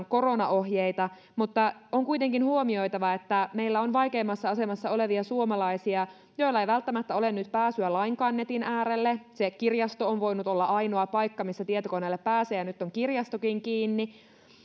koronaohjeita mutta on kuitenkin huomioitava että meillä on vaikeimmassa asemassa olevia suomalaisia joilla ei välttämättä ole nyt pääsyä lainkaan netin äärelle kirjasto on voinut olla ainoa paikka missä tietokoneelle pääsee ja nyt on kirjastokin kiinni